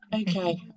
okay